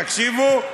תקשיבו: